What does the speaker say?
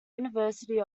university